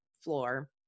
floor